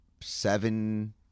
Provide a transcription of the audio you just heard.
seven